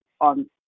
on –